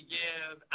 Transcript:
give